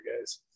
guys